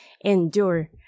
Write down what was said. endure